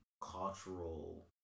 cultural